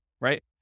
right